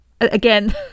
again